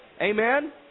Amen